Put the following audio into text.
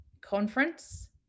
conference